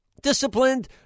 disciplined